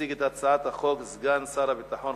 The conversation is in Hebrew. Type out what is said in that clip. יציג את הצעת החוק סגן שר הביטחון,